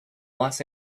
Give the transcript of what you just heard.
los